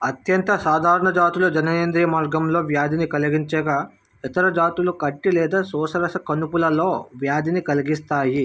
అత్యంత సాధారణ జాతులు జననేంద్రియ మార్గంలో వ్యాధిని కలిగించగా ఇతర జాతులు కంటి లేదా శోషరస కణుపులలో వ్యాధిని కలిగిస్తాయి